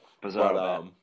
Bizarre